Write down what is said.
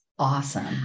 Awesome